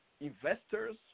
investors